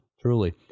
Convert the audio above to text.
truly